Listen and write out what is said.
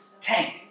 tank